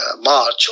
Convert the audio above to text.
march